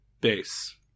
base